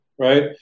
Right